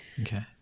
Okay